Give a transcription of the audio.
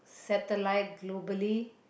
satellite globally